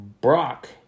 Brock